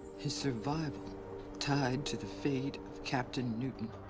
his survival tied to the fate of captain newton.